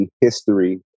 history